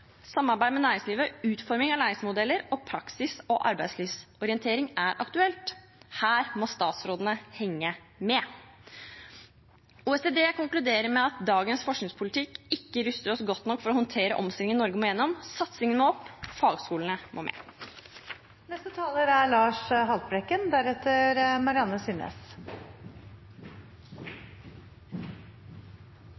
samarbeid med næringslivet, utforming av læringsmodeller, praksis og arbeidslivsorientering er aktuelt. Her må statsrådene henge med. OECD konkluderer med at dagens forskningspolitikk ikke ruster oss godt nok for å håndtere omstillingen Norge må gjennom. Satsingen må opp, fagskolene må